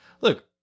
look